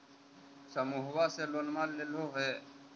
समुहवा से लोनवा लेलहो हे?